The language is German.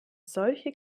solche